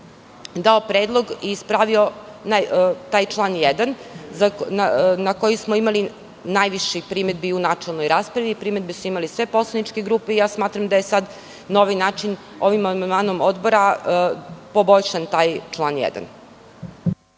dao predlog, ispravio taj član 1. na koji smo imali najviše primedbi u načelnoj raspravi. Primedbe su imale sve poslaničke grupe i smatram da je sada na ovaj način, ovim amandmanom Odbora poboljšan taj član 1.